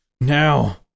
Now